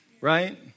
Right